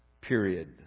period